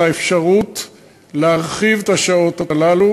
על האפשרות להרחיב את מספר השעות הללו.